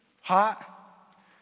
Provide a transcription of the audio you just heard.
hot